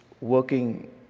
working